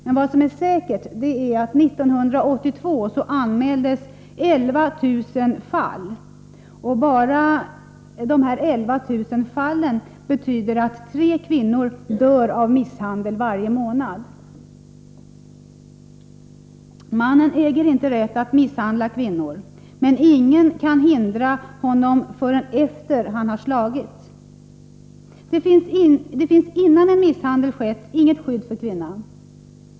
Men vad som är säkert är att 1982 anmäldes 11 000 fall av kvinnomisshandel, och bara dessa 11 000 fall betyder att tre kvinnor dör av misshandel varje månad. En man äger inte rätt att misshandla en kvinna, men ingen kan hindra honom förrän efter det att han slagit. Det finns innan misshandel skett inget skydd för kvinnan.